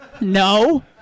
No